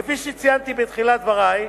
כפי שציינתי בתחילת דברי,